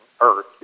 earth